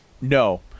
No